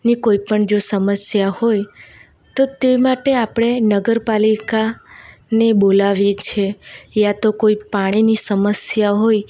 ને કોઈપણ જો સમસ્યા હોય તો તે માટે આપણે નગરપાલિકાને બોલાવીએ છીએ યા તો કોઈ પાણીની સમસ્યા હોય